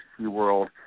SeaWorld